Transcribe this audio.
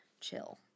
chill